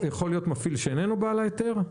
יכול להיות מפעיל שאיננו בעל ההיתר?